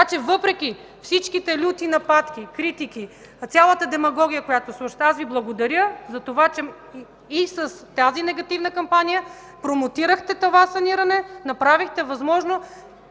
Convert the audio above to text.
Така че всички люти нападки, критики, цялата демагогия, аз Ви благодаря, че и с тази негативна кампания промотирахте това саниране, направихте възможно